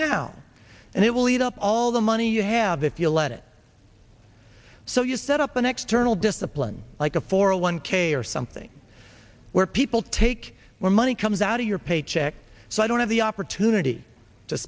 now and it will eat up all the money you have if you let it so you set up a next turn of discipline like a four hundred one k or something where people take more money comes out of your paycheck so i don't have the opportunity to